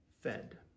fed